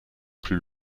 plus